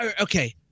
Okay